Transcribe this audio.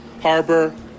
Harbor